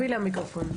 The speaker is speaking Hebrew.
שלום.